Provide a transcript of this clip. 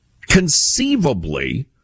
Conceivably